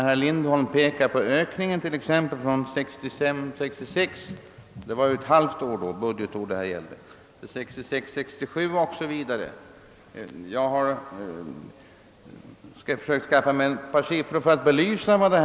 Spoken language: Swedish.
Herr Lindholm anförde emellertid också ökningen från budgetåret 1965/66, men det var ju då bara ett halvt budgetår det gällde. Jag har försökt få fram några siffror för att belysa utvecklingen.